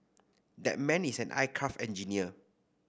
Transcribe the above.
that man is an aircraft engineer